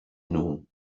noon